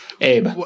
Abe